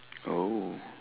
oh